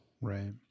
Right